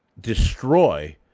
destroy